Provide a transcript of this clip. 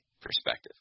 perspective